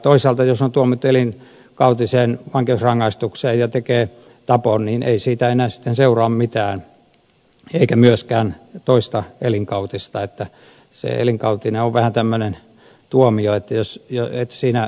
toisaalta jos on tuomittu elinkautiseen vankeusrangaistukseen ja tekee tapon ei siitä enää sitten seuraa mitään eikä myöskään toista elinkautista että se elinkautinen on vähän tämmöinen tuomio